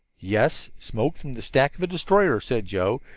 yes, smoke from the stack of the destroyer, said joe,